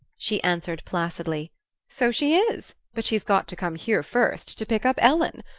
she answered placidly so she is but she's got to come here first to pick up ellen.